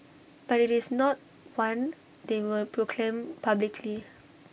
but IT is not one they will proclaim publicly